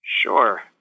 Sure